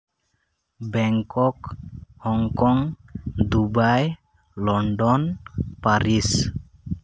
Bangkok Hong Kong Dubai London Paris